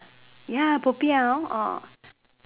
ya popiah hor orh